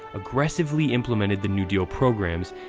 aggressively implemented the new deal programs,